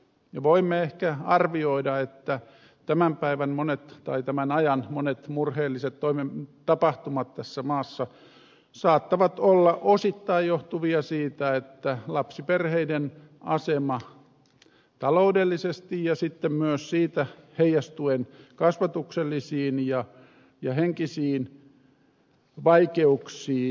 ja voimme ehkä arvioida että tämän ajan monet murheelliset tapahtumat tässä maassa saattavat osittain johtua lapsiperheiden aseman vaikeutumisesta taloudellisesti ja sitten myös heijastuen kasvatuksellisiin ja henkisiin vaikeuksiin